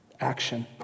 action